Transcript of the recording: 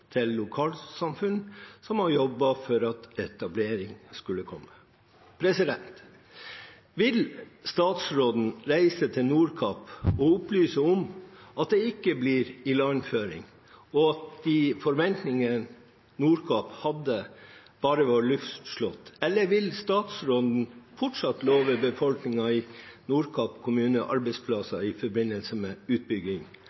til lokalsamfunn som har jobbet for at etablering skulle komme. Vil statsråden reise til Nordkapp og opplyse om at det ikke blir ilandføring, og at de forventningene Nordkapp hadde, bare var luftslott, eller vil statsråden fortsatt love befolkningen i